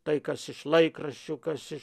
tai kas iš laikraščių kas iš